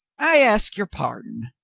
i ask your pardon.